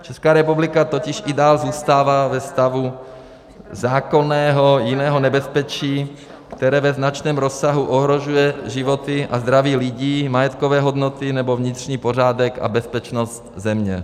Česká republika totiž i dál zůstává ve stavu zákonného jiného nebezpečí, které ve značném rozsahu ohrožuje životy a zdraví lidí, majetkové hodnoty nebo vnitřní pořádek a bezpečnost země.